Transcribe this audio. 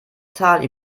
tal